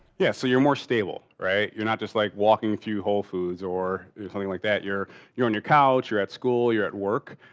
yeah, so you're more stable, right. you're not just like walking through whole foods or something like that. you're you're on your couch, you're at school, you're at work.